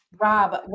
Rob